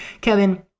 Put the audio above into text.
Kevin